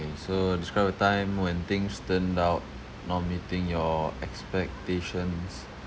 so describe a time when things turned out not meeting your expectations